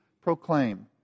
proclaim